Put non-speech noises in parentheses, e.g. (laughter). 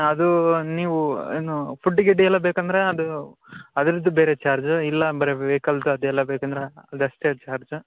ಅದು ನೀವು ಏನು ಫುಡ್ಡು ಗಿಡ್ಡು ಎಲ್ಲ ಬೇಕಂದ್ರೆ ಅದು ಅದ್ರದ್ದು ಬೇರೆ ಚಾರ್ಜು ಇಲ್ಲ ಬರೇ ವೆಹ್ಕಲ್ (unintelligible) ಎಲ್ಲ ಬೇಕಂದ್ರೆ ಅದಷ್ಟೇ ಚಾರ್ಜ